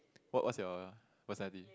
what what's your personality